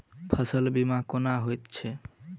फसल बीमा कोना होइत छै?